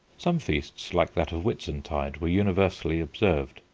some feasts, like that of whitsuntide, were universally observed.